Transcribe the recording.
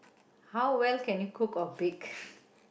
how well can you cook or bake